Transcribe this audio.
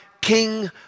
king